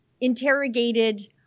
interrogated